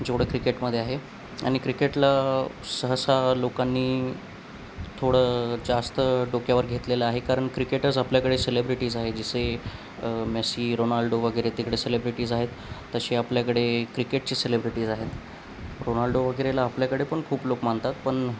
जेवढं क्रिकेटमध्ये आहे आणि क्रिकेटला सहसा लोकांनी थोडं जास्त डोक्यावर घेतलेलं आहे कारण क्रिकेटर्स आपल्याकडे सेलेब्रिटीज आहे जसे मेसी रोनाल्डो वगैरे तिकडे सेलेब्रिटीज आहेत तसे आपल्याकडे क्रिकेटची सेलेब्रिटीज आहेत रोनाल्डो वगैरेला आपल्याकडे पण खूप लोक मानतात पण